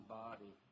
body